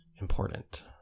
important